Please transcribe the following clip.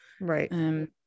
Right